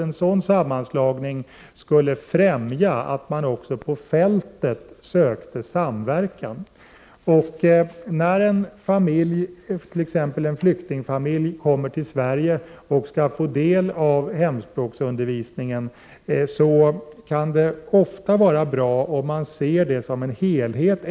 En sådan sammanslagning skulle främja att man också på fältet sökte samverkan. När en familj, t.ex. en flyktingfamilj, kommer till Sverige och skall få del av hemspråksundervisningen, kan det ofta vara bra att se till helheten.